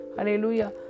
Hallelujah